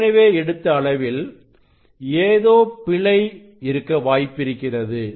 ஏற்கனவே எடுத்த அளவில் ஏதோ பிழை இருக்க வாய்ப்பிருக்கிறது